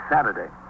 Saturday